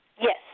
Yes